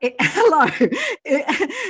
hello